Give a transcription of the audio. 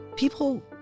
People